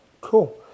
cool